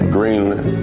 Greenland